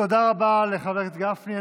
תודה רבה לחבר הכנסת גפני.